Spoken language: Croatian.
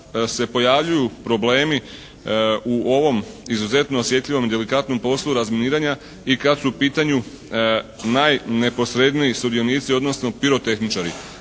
se pojavljuju problemi u ovom izuzetno osjetljivom i delikatnom poslu razminiranja i kada su u pitanju najneposredniji sudionici, odnosno pirotehničari.